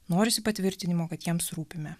norisi patvirtinimo kad jiems rūpime